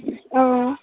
অঁ